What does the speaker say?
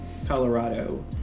Colorado